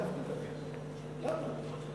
גם זה לא עוזר,